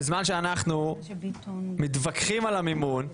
בזמן שאנחנו מתווכחים על המימון,